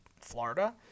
Florida